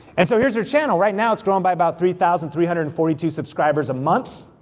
and so here's her channel, right now it's growing by about three thousand three hundred and forty two subscribers a month.